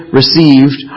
received